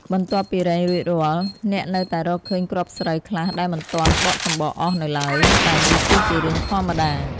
បន្ទាប់ពីរែងរួចរាល់ អ្នកនៅតែរកឃើញគ្រាប់ស្រូវខ្លះដែលមិនទាន់បកសម្បកអស់នៅឡើយ ដែលនេះគឺជារឿងធម្មតា។